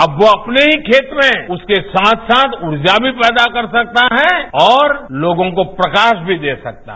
अब वो अपने ही खेत में उसके साथ साथ ऊर्जा भी पैदा कर सकता है और लोगों को प्रकाश भी दे सकता है